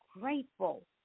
grateful